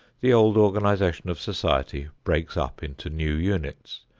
the old organization of society breaks up into new units,